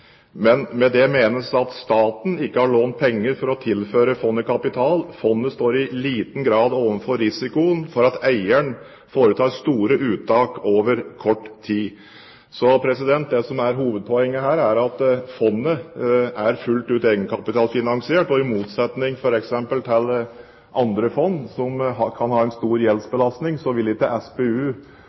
Med det menes at staten ikke har lånt penger for å tilføre fondet kapital. Fondet står i liten grad overfor risikoen for at eieren foretar store uttak over kort tid.» Det som er hovedpoenget her, er at fondet er fullt ut egenkapitalfinansiert. I motsetning til f.eks. andre fond som kan ha en stor gjeldsbelastning, vil ikke SPU